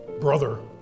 brother